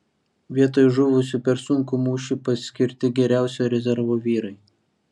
vietoj žuvusių per sunkų mūšį paskirti geriausi rezervo vyrai